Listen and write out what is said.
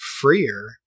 freer